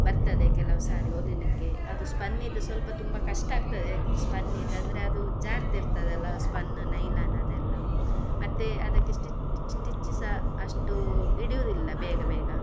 ಬರ್ತದೆ ಕೆಲವು ಸಾರಿ ಹೊಲಿಲಿಕ್ಕೆ ಅದು ಸ್ಪನ್ನಿದ್ದು ಸ್ವಲ್ಪ ತುಂಬ ಕಷ್ಟ ಆಗ್ತದೆ ಸ್ಪನ್ನಿದ್ದು ಅಂದರೆ ಅದು ಜಾರ್ತ ಇರ್ತದಲ್ಲ ಸ್ಪನ್ ನೈಲಾನ್ ಅದೆಲ್ಲ ಮತ್ತೆ ಅದಕ್ಕೆ ಸ್ಟಿಚ್ ಸ್ಟಿಚ್ ಸಹ ಅಷ್ಟು ಹಿಡಿಯುದಿಲ್ಲ ಬೇಗ ಬೇಗ